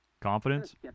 confidence